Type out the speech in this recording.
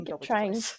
trying